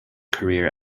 career